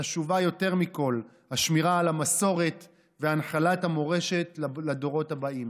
חשובה יותר מכול השמירה על המסורת והנחלת המורשת לדורות הבאים.